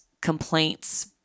complaints